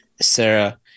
Sarah